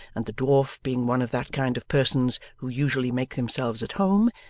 and the dwarf being one of that kind of persons who usually make themselves at home,